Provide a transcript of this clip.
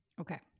Okay